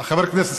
חבר הכנסת,